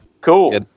Cool